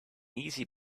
easy